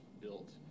built